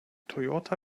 toyota